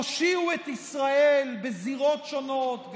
הושיעו את ישראל בזירות שונות,